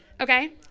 okay